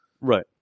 Right